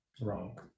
wrong